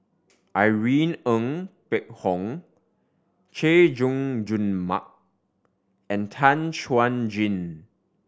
Irene Ng Phek Hoong Chay Jung Jun Mark and Tan Chuan Jin